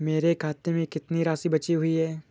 मेरे खाते में कितनी राशि बची हुई है?